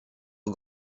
aux